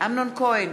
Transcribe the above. אמנון כהן,